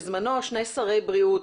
בזמנו שני שרי בריאות,